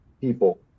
people